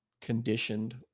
conditioned